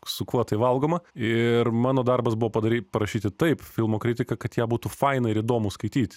su kuo tai valgoma ir mano darbas buvo padaryt parašyt taip filmo kritiką kad ją būtų faina ir įdomu skaityt